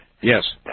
Yes